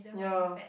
yeah